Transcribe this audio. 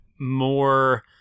more